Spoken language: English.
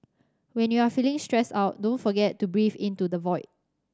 when you are feeling stressed out don't forget to breathe into the void